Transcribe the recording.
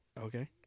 Okay